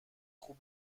خوب